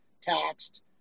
taxed